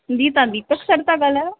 जी तव्हां दीपक सर था ॻाल्हायो